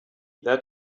that